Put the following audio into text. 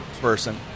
person